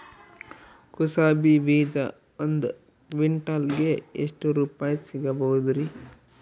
ಕುಸಬಿ ಬೀಜ ಒಂದ್ ಕ್ವಿಂಟಾಲ್ ಗೆ ಎಷ್ಟುರುಪಾಯಿ ಸಿಗಬಹುದುರೀ?